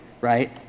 Right